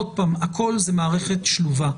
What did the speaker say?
שוב, הכול זאת מערכת תשובה.